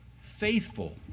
faithful